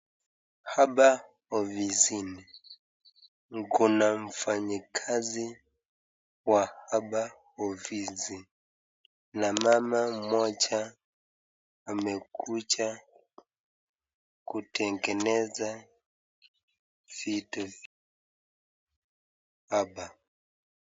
Hapa ofisini kuna mfanyikazi wa hapa ofisi na mama moja amekuja kutengeneza vitu hapa.